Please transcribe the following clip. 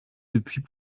depuis